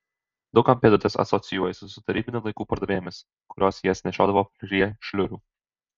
daug kam pėdutės asocijuojasi su tarybinių laikų pardavėjomis kurios jas nešiodavo prie šliurių